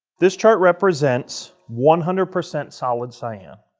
this chart represents one hundred percent solid cyan,